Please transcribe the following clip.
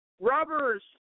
robbers